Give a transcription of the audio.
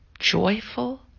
joyful